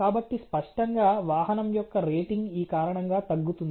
కాబట్టి స్పష్టంగా వాహనం యొక్క రేటింగ్ ఈ కారణంగా తగ్గుతుంది